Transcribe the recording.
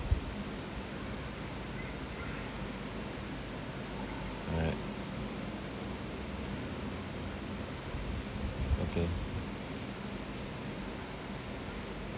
alright okay